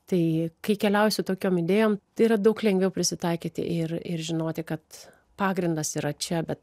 tai kai keliausiu tokiom idėjom tai yra daug lengviau prisitaikyt ir ir žinoti kad pagrindas yra čia bet